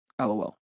LOL